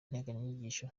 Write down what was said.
nteganyanyigisho